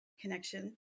connection